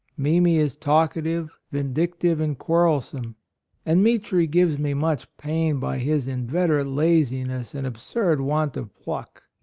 mimi is talkative, vindictive and quarrelsome and mitri gives me much pain by his inveterate laziness and ab surd want of pluck.